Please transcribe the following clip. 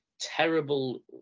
terrible